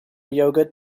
yogurt